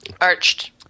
Arched